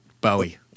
Bowie